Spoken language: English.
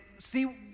see